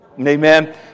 Amen